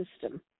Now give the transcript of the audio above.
system